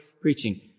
preaching